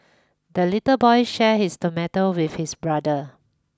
the little boy shared his tomato with his brother